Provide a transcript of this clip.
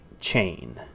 chain